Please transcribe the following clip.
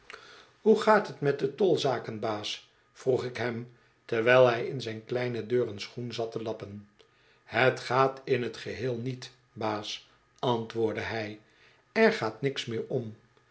hoe gaat t met de tolzaken baas vroeg ik hem terwijl hij in zijn kleine deur een schoen zat te lappen het gaat in t geheel niet baas antwoordde hij er gaat niks meer om